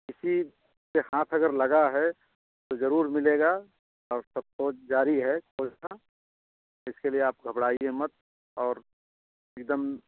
किसी के हाथ अगर लगा है तो जरूर मिलेगा और सब खोज जारी है पुलिस का इसके लिए आप घबड़ाइए मत और एकदम